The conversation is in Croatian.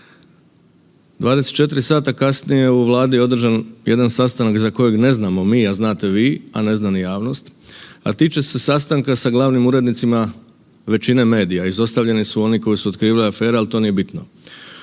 24 sata kasnije u Vladi je održan jedan sastanak za kojeg ne znamo vi, a znate vi, a ne zna ni javnost, a tiče se sastanka sa glavnim urednicima većine medija, izostavljeni su oni koji su otkrivali afere, ali to nije bitno.